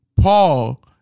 Paul